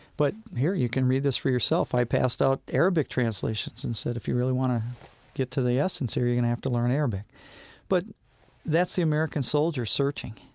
but here, you can read this for yourself i passed out arabic translations and said, if you really want to get to the essence here, you're going to have to learn arabic but that's the american soldier searching.